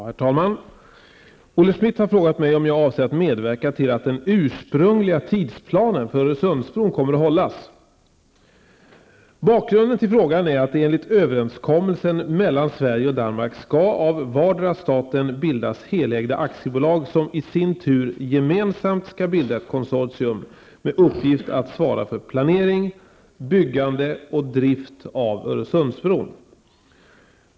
Herr talman! Olle Schmidt har frågat mig om jag avser att medverka till att den ursprungliga tidsplanen för Öresundsbron kommer att hållas. Bakgrunden till frågan är att det enligt överenskommelsen mellan Sverige och Danmark skall av vardera staten bildas helägda aktiebolag, som i sin tur gemensamt skall bilda ett konsortium med uppgift att svara för planering, byggande och drift av Öresundsbron.